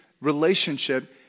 relationship